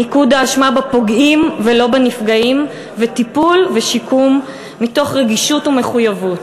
מיקוד האשמה בפוגעים ולא בנפגעים וטיפול ושיקום מתוך רגישות ומחויבות.